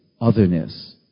otherness